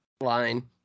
line